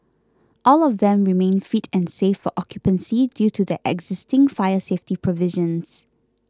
all of them remain fit and safe for occupancy due to their existing fire safety provisions